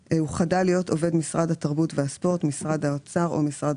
חשבנו שחשוב שתוטמע לתוך המערכת